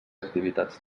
activitats